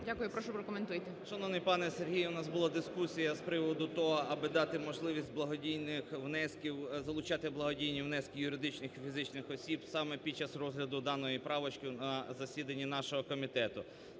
Дякую. Прошу: прокоментуйте. 11:28:02 РИБАК І.П. Шановний пане Сергію, у нас була дискусія з приводу того, аби дати можливість благодійних внесків, залучати благодійні внески юридичних і фізичних осіб саме під час розгляду даної правочки на засіданні нашого комітету.